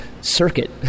circuit